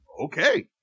okay